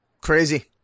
Crazy